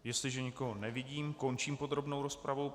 Jestliže nikoho nevidím, končím podrobnou rozpravu.